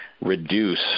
reduce